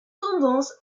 tendance